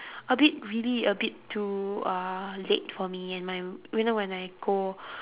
a bit really a bit too uh late for me and my you know when I go